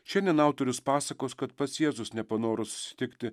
šiandien autorius pasakos kad pats jėzus nepanoro susitikti